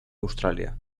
australia